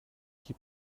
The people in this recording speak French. qui